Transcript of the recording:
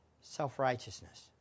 self-righteousness